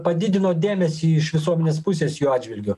padidino dėmesį iš visuomenės pusės jų atžvilgiu